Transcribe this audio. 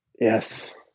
Yes